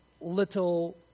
little